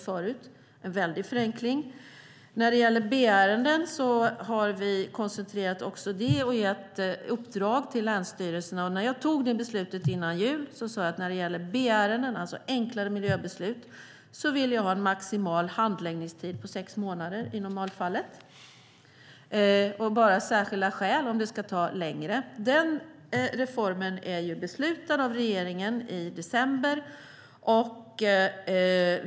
Det är en väldig förenkling. Vi har också koncentrerat B-ärendena och gett uppdrag till länsstyrelserna. När vi fattade det beslutet före jul sade jag att när det gäller B-ärenden, det vill säga enklare miljöbeslut, vill jag ha en maximal handläggningstid på sex månader i normalfallet. Det ska finnas särskilda skäl om det ska ta längre tid. Den reformen är beslutad av regeringen i december.